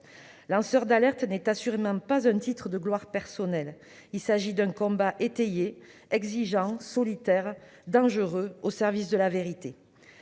Lanceur d'alerte n'est assurément pas un titre de gloire personnelle : il s'agit d'un combat étayé, exigeant, solitaire, dangereux, au service de la vérité.